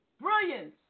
Brilliance